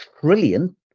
trillion